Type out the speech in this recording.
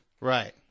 Right